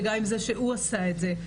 וגם עם זה שהוא עשה את זה.